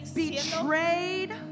betrayed